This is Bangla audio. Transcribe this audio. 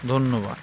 ধন্যবাদ